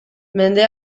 mende